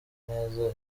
neza